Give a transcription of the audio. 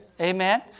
amen